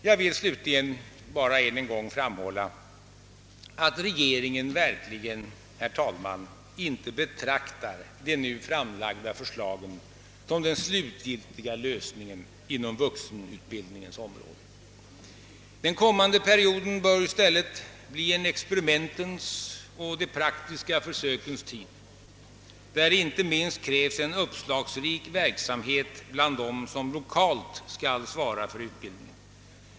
Jag vill slutligen än en gång framhålla att regeringen verkligen inte betraktar de nu framlagda förslagen som den slutgiltiga lösningen inom vuxenutbildningens område. Den kommande perioden bör i stället bli en experimentens och de praktiska försökens tid, där det inte minst krävs en uppslagsrik verksamhet bland dem som lokalt skall svara för utbildningen.